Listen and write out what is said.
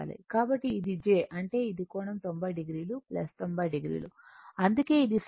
కాబట్టి ఇది j అంటే అది కోణం 90 o 90 o అందుకే ఇది sin 40 t 135 o